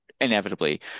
inevitably